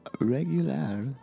regular